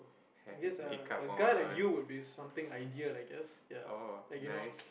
I guess a guy like you would be something ideal I guess ya like you know